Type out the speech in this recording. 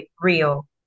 real